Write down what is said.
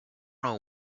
know